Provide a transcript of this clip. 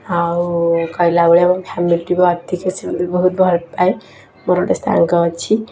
ଆଉ କହିଲା ଭଳିଆ ମୋ ଫ୍ୟାମିଲି ଠୁ ବି ଅଧିକ ସେ ମୋତେ ବହୁତ ଭଲ ପାଏ ମୋର ଗୋଟେ ସାଙ୍ଗ ଅଛି